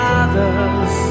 others